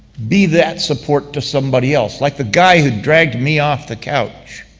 be that support to somebody else, like the guy who dragged me off the couch.